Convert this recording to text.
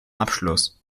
abschluss